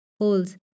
holes